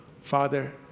Father